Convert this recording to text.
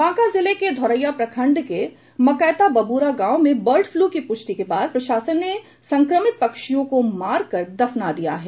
बांका जिले के धोरैया प्रखंड के मकैता बबूरा गांव में बर्ड फलू की पुष्टि के बाद प्रशासन ने संक्रमित पक्षियों को मार कर दफना दिया है